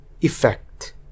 effect